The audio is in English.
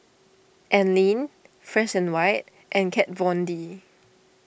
Anlene Fresh and White and Kat Von D